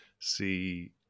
see